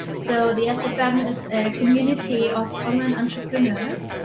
so the sfm is a community of online entrepreneurs.